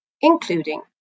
including